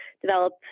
develop